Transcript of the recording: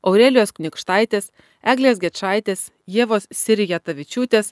aurelijos kniukštaitės eglės gečaitės ievos sirijatavičiūtės